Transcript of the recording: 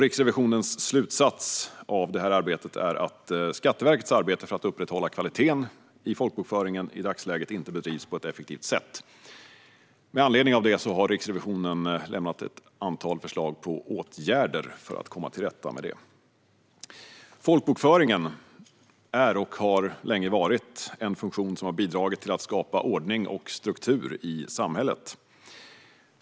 Riksrevisionens slutsats är att Skatteverkets arbete för att upprätthålla kvaliteten i folkbokföringen i dagsläget inte bedrivs på ett effektivt sätt. Med anledning av detta har Riksrevisionen lämnat ett antal förslag på åtgärder för att komma till rätta med det. Folkbokföringen är och har länge varit en funktion som bidrar till att skapa ordning och struktur i samhället.